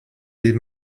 des